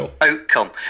outcome